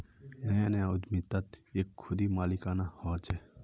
नया नया उद्दमितात एक खुदी मालिकाना हक़ होचे